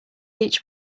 each